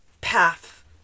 Path